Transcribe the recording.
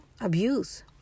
abuse